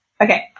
Okay